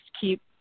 keep